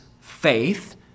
faith